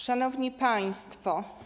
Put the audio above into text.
Szanowni Państwo!